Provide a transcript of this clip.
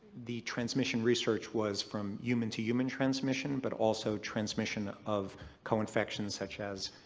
the transmission research was from human to human transmission, but also transmission of co-infections such as,